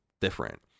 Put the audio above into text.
different